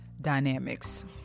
dynamics